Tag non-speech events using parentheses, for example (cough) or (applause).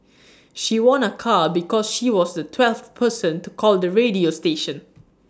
(noise) she won A car because she was the twelfth person to call the radio station